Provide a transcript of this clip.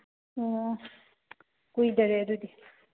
ꯑꯣ ꯀꯨꯏꯗꯔꯦ ꯑꯗꯨꯗꯤ